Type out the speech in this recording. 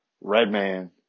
Redman